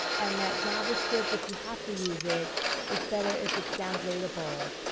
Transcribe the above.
and that javascript if you have to use it it's better if it's downgradable,